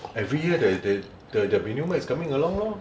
every year there~ there~ there'll be new bikes coming along lor